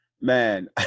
man